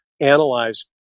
analyze